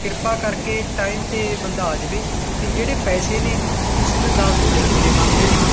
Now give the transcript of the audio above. ਕਿਰਪਾ ਕਰਕੇ ਟਾਈਮ 'ਤੇ ਬੰਦਾ ਆ ਜਾਵੇ ਅਤੇ ਜਿਹੜੇ ਪੈਸੇ ਨੇ ਤੁਸੀਂ ਮੈਨੂੰ ਦੱਸ ਦਿਓ ਉਹਦੇ ਕਿੰਨੇ ਬਣਦੇ ਨੇ